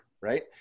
right